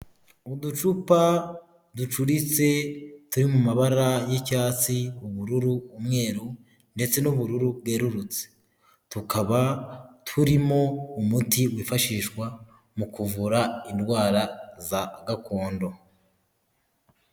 Mu ducupa ducuritse turi mu mabara y'icyatsi, ubururu, umweru, ndetse n'ubururu bwerurutse tukaba turimo umuti wifashishwa mu kuvura indwara za gakondo.